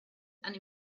and